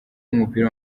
w’umupira